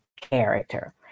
character